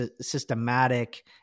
systematic